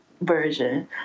version